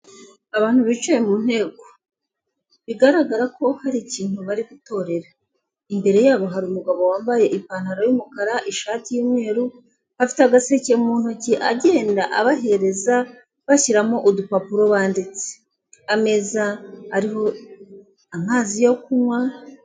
Abantu bicaye mu nteko, bigaragara ko hari ikintu bari gutorera, imbere yabo hari umugabo wambaye ipantaro y'umukara, ishati y'umweru afite agaseke mu ntoki agenda abahereza bashyiramo udupapuro banditse, ameza ariho amazi yo kunywa.